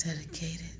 dedicated